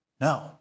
no